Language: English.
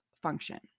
function